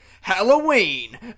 Halloween